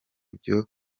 byo